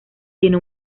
tiene